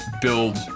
build